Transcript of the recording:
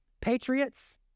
patriots